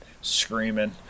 screaming